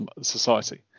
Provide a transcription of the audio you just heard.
Society